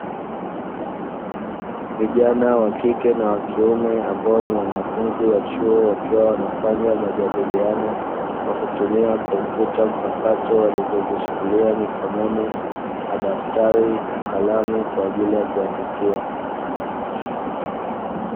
Vijana wa wakike na wakiume ambao ni wanafunzi wa chuo wakiwa wanafanya majadiliano kwa kutumia kompyuta mpakato walizoshikilia mikononi, madaftari na kalamu kwa ajili ya kuandikia.